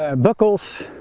ah buckles